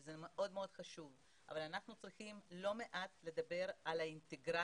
וזה מאוד מאוד חשוב אבל אנחנו צריכים לדבר על האינטגרציה.